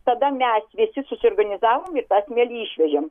tada mes visi susiorganizavom ir tą smėlį išvežėm